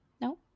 No